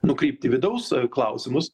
nukreipt į vidaus klausimus